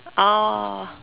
oh